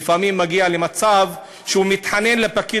לפעמים מגיע למצב שהוא מתחנן לפקיד